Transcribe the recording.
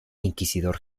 inquisidor